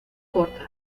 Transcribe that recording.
cortas